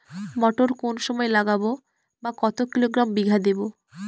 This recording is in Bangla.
মটর কোন সময় লাগাবো বা কতো কিলোগ্রাম বিঘা দেবো?